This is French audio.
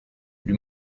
lui